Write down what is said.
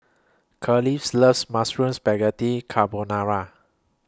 Kelis loves Mushroom Spaghetti Carbonara